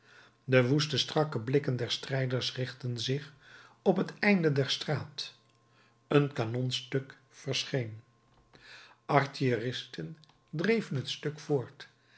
de woeste strakke blikken der strijders richtten zich op het einde der straat een kanonstuk verscheen artilleristen dreven het stuk voort